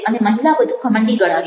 અને મહિલા વધુ ઘમંડી ગણાશે